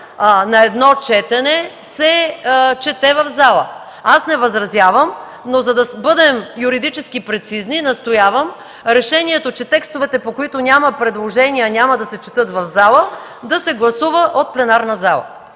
на едно четене, се чете в залата. Аз не възразявам, но за да бъдем юридически прецизни настоявам решението, че текстовете, по които няма предложения и няма да се четат в залата, да се гласува от пленарната зала.